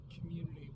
community